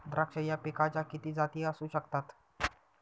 द्राक्ष या पिकाच्या किती जाती असू शकतात?